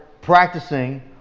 practicing